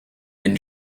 been